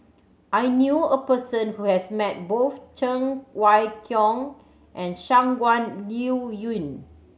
I knew a person who has met both Cheng Wai Keung and Shangguan Liuyun